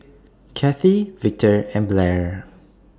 Kathie Victor and Blair